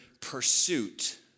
pursuit